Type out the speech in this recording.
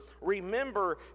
remember